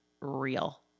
real